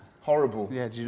Horrible